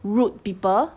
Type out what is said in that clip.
rude people